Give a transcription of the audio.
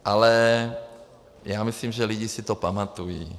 Ale já myslím, že lidi si to pamatují.